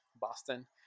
Boston